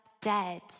dead